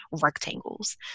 rectangles